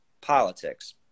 politics